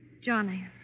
Johnny